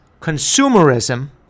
consumerism